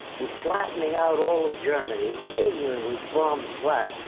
in flattening out all of germany. england was bombed flat.